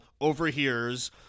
overhears